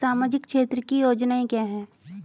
सामाजिक क्षेत्र की योजनाएं क्या हैं?